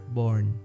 born